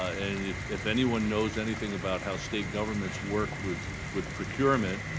and if if anyone knows anything about how state governments work with with procurement,